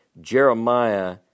Jeremiah